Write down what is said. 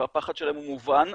והפחד שלהם הוא מובן.